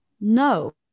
no